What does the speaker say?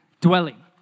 dwelling